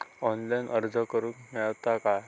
Online अर्ज करूक मेलता काय?